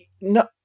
No